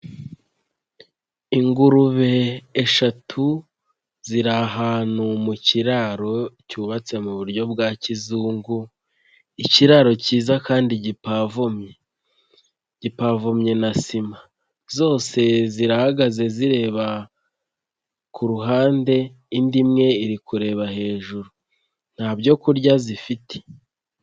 Ingurube eshatu ziri ahantu mu kiraro cyubatse mu buryo bwa kizungu, ikiraro cyiza kandi gipavomye, gipavomye na sima, zose zirahagaze zireba ku ruhande indi imwe iri kureba hejuru, nta byo kurya zifite.